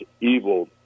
evil